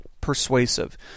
persuasive